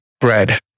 bread